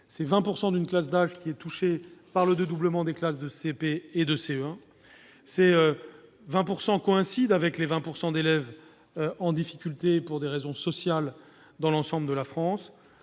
20 % d'une classe d'âge est concernée par le doublement des classes de CP et de CE1, ce qui coïncide avec les 20 % d'élèves en difficulté pour des raisons sociales dans l'ensemble de la France.